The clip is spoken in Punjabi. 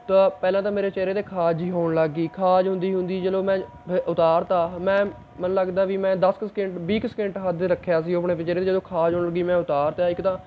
ਤਾਂ ਪਹਿਲਾਂ ਤਾਂ ਮੇਰੇ ਚਿਹਰੇ 'ਤੇ ਖਾਜ ਜਿਹੀ ਹੋਣ ਲੱਗ ਗਈ ਖਾਜ ਹੁੰਦੀ ਹੁੰਦੀ ਚਲੋ ਮੈਂ ਫੇਰ ਉਤਾਰਤਾ ਮੈਂ ਮੈਨੂੰ ਲੱਗਦਾ ਵੀ ਮੈਂ ਦਸ ਕੁ ਸਕਿੰਟ ਵੀਹ ਕੁ ਸਕਿੰਟ ਹੱਦ ਰੱਖਿਆ ਸੀ ਉਹ ਆਪਣੇ ਚਿਹਰੇ 'ਤੇ ਜਦੋਂ ਖਾਜ ਹੋਣ ਲੱਗੀ ਮੈਂ ਉਤਾਰਤਾ ਇੱਕ ਤਾਂ